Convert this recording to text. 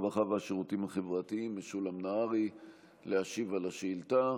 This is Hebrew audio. הרווחה והשירותים החברתיים משולם נהרי להשיב על השאילתה.